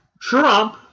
Trump